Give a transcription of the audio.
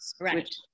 right